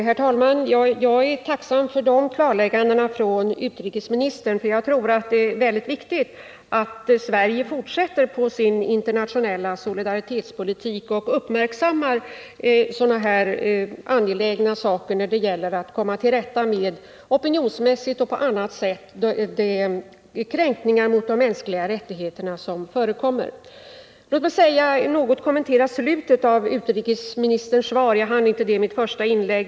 Herr talman! Jag är tacksam för dessa klarlägganden från utrikesministern. Jag tror nämligen att det är mycket viktigt att Sverige fortsätter sin internationella solidaritetspolitik och uppmärksammar sådana här angelägna frågor, där det gäller att opinionsmässigt eller på annat sätt komma till rätta med de kränkningar mot de mänskliga rättigheterna som förekommer. Låt mig sedan något kommentera slutet av utrikesministerns svar, eftersom jag inte hann göra det i mitt första inlägg.